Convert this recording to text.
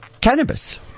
cannabis